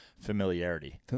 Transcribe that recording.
Familiarity